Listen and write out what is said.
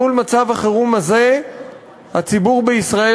מול מצב החירום הזה הציבור בישראל